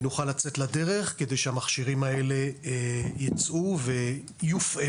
ונוכל לצאת לדרך כדי שהמכשירים האלה ייצאו ויופעלו.